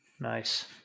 Nice